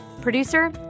Producer